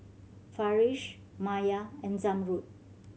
Farish Maya and Zamrud